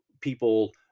people